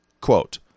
Quote